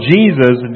Jesus